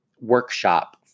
workshop